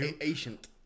ancient